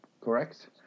correct